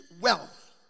wealth